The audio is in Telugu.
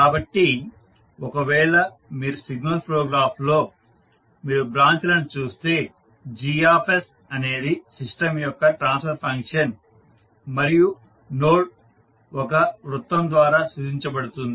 కాబట్టి ఒకవేళ మీరు సిగ్నల్ ఫ్లో గ్రాఫ్లో మీరు బ్రాంచ్ ను చూస్తే G అనేది సిస్టం యొక్క ట్రాన్స్ఫర్ ఫంక్షన్ మరియు నోడ్ ఒక వృత్తం ద్వారా సూచించబడుతుంది